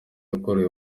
yakorewe